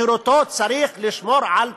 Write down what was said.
חירותו, צריך לשמור על כבודו,